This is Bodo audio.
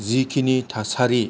जेखिनि थासारि